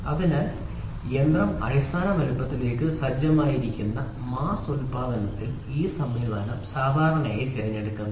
അതിനാൽ യന്ത്രം അടിസ്ഥാന വലുപ്പത്തിലേക്ക് സജ്ജമാക്കിയിരിക്കുന്ന മാസ് ഉൽപാദനത്തിൽ ഈ സംവിധാനം സാധാരണയായി തിരഞ്ഞെടുക്കുന്നു